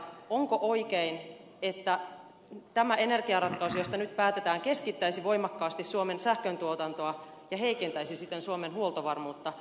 onko oikein että tämä energiaratkaisu josta nyt päätetään keskittäisi voimakkaasti suomen sähköntuotantoa ja heikentäisi siten suomen huoltovarmuutta